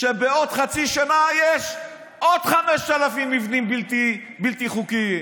שבעוד חצי שנה יש עוד 5,000 מבנים בלתי חוקיים,